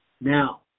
Now